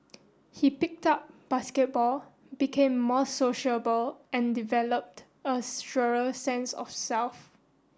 he picked up basketball became more sociable and developed a surer sense of self